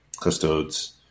custodes